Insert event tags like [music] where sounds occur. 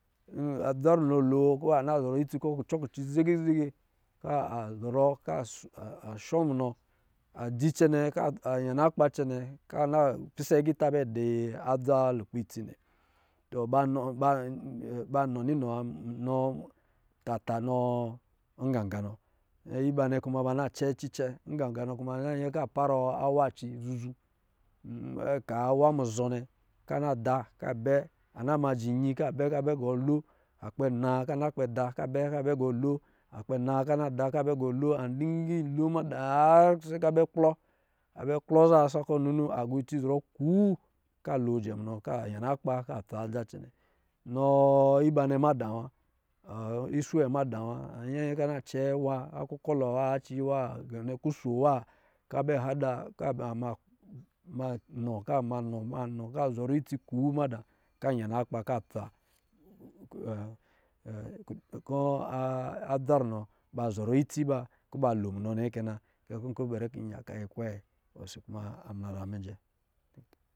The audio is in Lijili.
[hesitation] dza runɔ kɔ̄ ba na zɔrɔ itsi kɔ̄ kucɔ ki ci zege zega, ka zɔrɔ ka shɔ munɔ, a dzi cɛnɛ ka yana akpa cɛnɛ, ka na pisɛ agā bɛ dɔ adza lukpɛ itsi nnɛ tɔ ba [hesitation] nɔ ninɔ na, nɔ tata nɔ nganganɔ, aba nnɛ kuma ba na cɛ cicɛ, nga ganɔ kuma a nba yɛ kɔ̄ a parɔ awa ci zuzu blɛ ka awa muzɔ nnɛ, ka na da ka bɛ, a na ma jɛ nyi ka bɛ, ka bɛ ka gɔ lo. Akpɛ na ka nakpɛ da ka bɛ ka bɛ gɔ lo, akpɛ na ka kpɛ da ka bɛ gɔ lo. An dingi lo ma da yari sɛ ka bɛ klɔ a bɛ klɔ za sakɔ̄, aga itsi gɔ zɔrɔ kuu ka loo jɛ munɔ. Ka yana akpa ka tsa adza cɛnɛ. ɔ iba nnɛ mada wa, swewe mada wa, an yɛyɛ ka na cɛ awa, kulɔ aci wa ganɛ kuso wa, ka bɛ yada ka ma [hesitation] nɔ ka zɔrɔ itsi kuu mada ka yana akpa ka tsa [hesitation] adza runo zɔrɔ itsi ba kɔ̄ ba lo munɔ nnɛ kɛ na. Kɛ kɔ̄ nkɔ̄ bɔ̄ri kɔ̄ n yaka yi kwee! [unintelligible]